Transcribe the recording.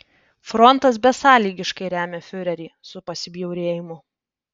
frontas besąlygiškai remia fiurerį su pasibjaurėjimu